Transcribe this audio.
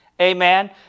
Amen